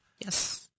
Yes